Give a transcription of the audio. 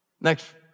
Next